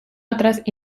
otras